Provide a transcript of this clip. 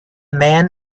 man